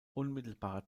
unmittelbarer